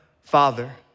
Father